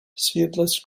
seedless